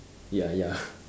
ya ya